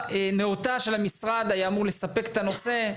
נאותה של המשרד היה אמור לספק את הנושא,